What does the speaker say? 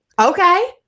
Okay